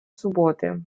суботи